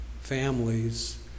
families